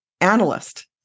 analyst